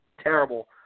terrible